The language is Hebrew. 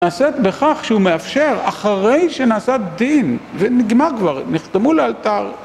נעשית בכך שהוא מאפשר אחרי שנעשה דין ונגמר כבר, נחתמו לאלתר